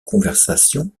conversation